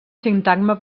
sintagma